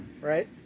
Right